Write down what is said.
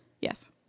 Yes